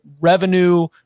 revenue